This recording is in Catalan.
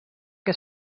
què